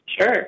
Sure